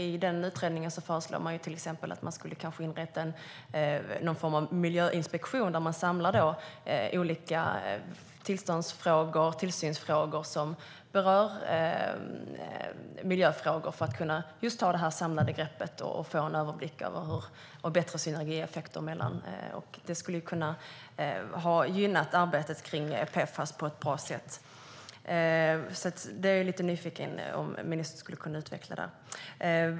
I utredningen föreslås till exempel att man inrättar någon form av miljöinspektion där man samlar olika tillstånds och tillsynsfrågor som berör miljöfrågor för att kunna ta ett samlat grepp, få överblick och skapa bättre synergieffekter. Det skulle kunna gynna arbetet med PFAS på ett bra sätt. Jag är lite nyfiken på om ministern skulle kunna utveckla det.